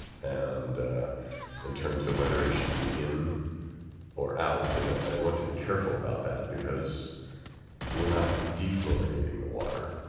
and in terms of whether it should be in or out, and i want to be careful about that because we are not deflornaturing the water.